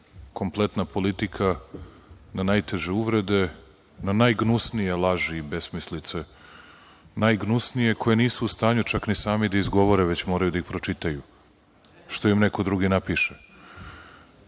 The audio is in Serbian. kompletna politika na najteže uvrede, na najgnusnije laži i besmislice. Najgnusnije, koje nisu u stanju čak ni da izgovore, već moraju da ih pročitaju što im neko drugi napiše,